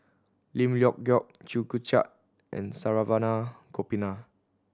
Lim Leong Geok Chew Joo Chiat and Saravanan Gopinathan